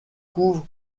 couvre